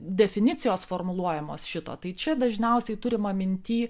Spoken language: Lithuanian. definicijos formuluojamos šito tai čia dažniausiai turima minty